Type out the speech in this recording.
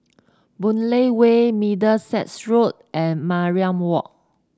Boon Lay Way Middlesex Road and Mariam Walk